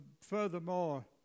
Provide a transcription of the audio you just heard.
Furthermore